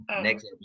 Next